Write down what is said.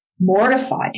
mortified